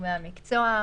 לגורמי המקצוע.